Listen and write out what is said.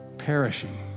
perishing